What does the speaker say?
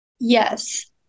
Yes